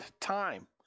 time